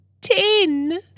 ten